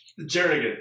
Jernigan